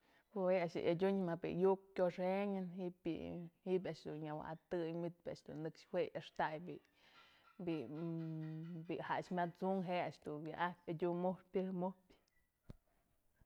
Jue a'ax yë adyun ma bi'i yuk kuxënyë ji'ib bi'i, ji'ib a'ax dun nyawa'atëy manytë bi'i a'ax dun nëkx jue yaxtay bi'i, bi'i jaxmat's unkë je'e a'ax dun wya'apyë adyun mujpyë pyëjmupyë.